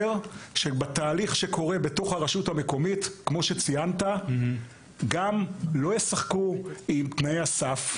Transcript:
שבתוך הרשות המקומית לא ישחקו עם תנאי הסף,